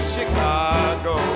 Chicago